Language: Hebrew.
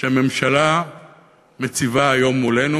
שהממשלה מציבה היום מולנו.